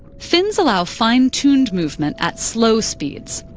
fins allow fine-tuned movement at slow speeds,